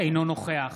אינו נוכח